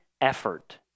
effort